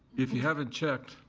if you haven't checked,